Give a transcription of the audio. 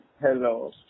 Hello